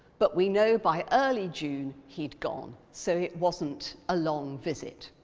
but we know by early june he'd gone, so it wasn't a long visit.